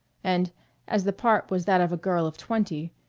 and as the part was that of a girl of twenty,